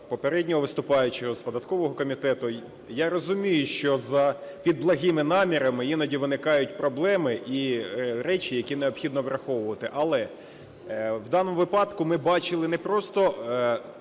попереднього виступаючого, з податкового комітету, я розумію, що під благими намірами іноді виникають проблеми і речі, які необхідно враховувати. Але в даному випадку ми бачили не просто